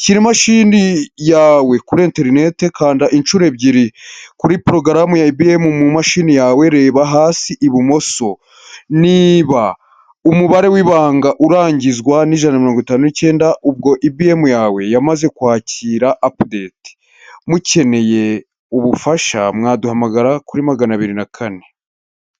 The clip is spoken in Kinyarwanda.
shyira imashini yawe kuri internet kanda inshuro ebyiri kuri porogaramu ya EBM mu mumashini yawe, reba hasi ibumoso niba umubare w'ibanga urangizwa n'ijana mirongo itanu n'icyenda ubwo EBM yawe yamaze kwakira apudeti mukeneye ubufasha mwaduhamagara kuri magana abiri na kane.